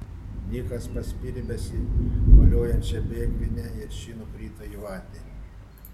nikas paspyrė besivoliojančią bėgvinę ir ši nukrito į vandenį